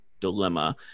dilemma